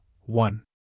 one